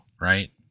right